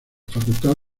facultad